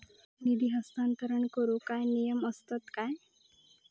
निधी हस्तांतरण करूक काय नियम असतत काय?